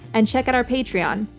and check out our patreon.